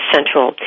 Central